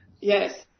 Yes